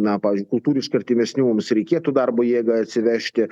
na pavyzdžiui kultūriškai artimesnių mums reikėtų darbo jėgą atsivežti